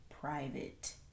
private